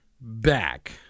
back